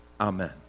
Amen